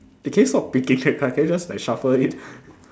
can you stop picking the card can you just like shuffle it